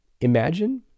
Imagine